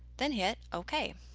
then hit ok.